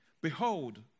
Behold